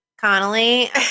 Connolly